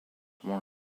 one